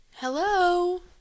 Hello